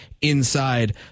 inside